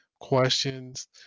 questions